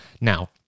Now